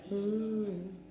mm